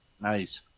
Nice